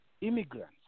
immigrants